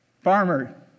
Farmer